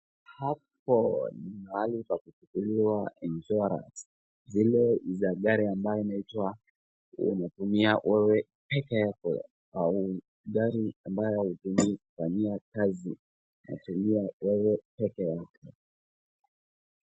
Hapo ni mahali pa kuchukuliwa cs[insurance]cs, zile za gari ambayo inaitwa inatumia wewe pekeyako au gari ambayo hautumii kufanyia kazi unatumia wewe peke yako.